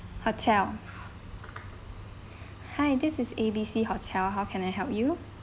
hotel hi this is A B C hotel how can I help you